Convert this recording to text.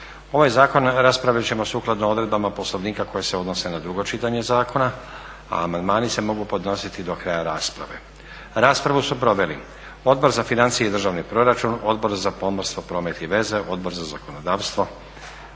Ovaj zakon raspravit ćemo sukladno odredbama Poslovnika koje se odnose na drugo čitanje zakona, a amandmani se mogu podnositi do kraja rasprave. Raspravu su proveli Odbor za financije i državni proračun, Odbor za pomorstvo, promet i veze, Odbor za zakonodavstvo,